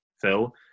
phil